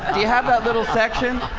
and you have that little section